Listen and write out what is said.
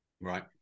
Right